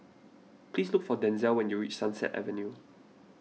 please look for Denzell when you reach Sunset Avenue